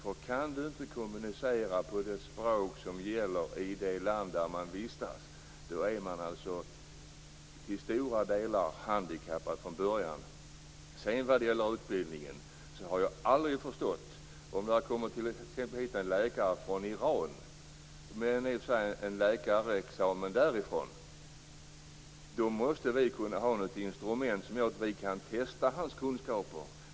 Om man inte kan kommunicera på det språk som gäller i det land där man vistas är man till stora delar handikappad från början. Detta med utbildningen har jag aldrig förstått. Om det t.ex. kommer hit en läkare från Iran som har läkarexamen därifrån måste vi kunna ha ett instrument som är sådant att vi kan testa hans kunskaper.